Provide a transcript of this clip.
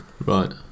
right